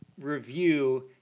review